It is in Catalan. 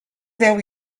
deu